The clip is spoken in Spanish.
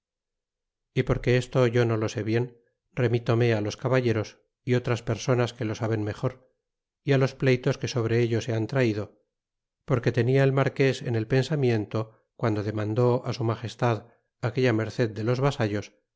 y porque esto yo no lo sé bien remitome á los caballeros é otras personas que lo saben mejor y los pleytos que sobre ello se han traido porque tenia el marques en el pensamiento guando demandé su magestad aquella merced de los vasallos